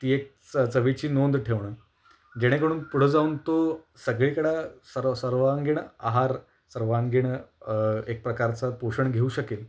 ती एक च चवीची नोंद ठेवणं जेणेकडून पुढं जाऊन तो सगळीकडं सर्व सर्वांगीण आहार सर्वांगीण एक प्रकारचं पोषण घेऊ शकेल